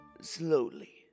slowly